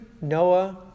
Noah